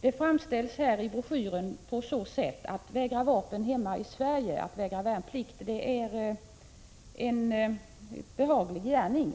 Det framställs i broschyren på så sätt: att vägra värnplikt här hemma i Sverige är en behaglig gärning.